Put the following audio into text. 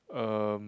um